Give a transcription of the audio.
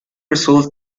results